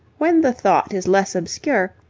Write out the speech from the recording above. when the thought is less obscure,